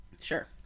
Sure